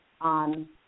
on